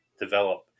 develop